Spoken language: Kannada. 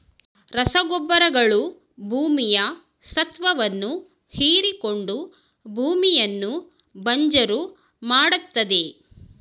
ರಸಗೊಬ್ಬರಗಳು ಭೂಮಿಯ ಸತ್ವವನ್ನು ಹೀರಿಕೊಂಡು ಭೂಮಿಯನ್ನು ಬಂಜರು ಮಾಡತ್ತದೆ